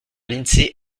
l’insee